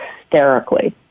hysterically